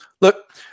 look